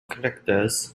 collectors